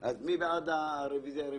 מי בעד הרביזיה?